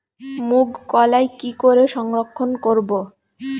মুঘ কলাই কি করে সংরক্ষণ করব?